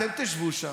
אתם תשבו שם,